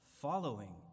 following